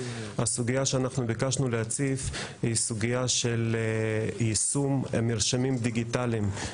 הסוגיה שאנחנו ביקשנו להציף היא סוגיה של יישום מרשמים דיגיטליים,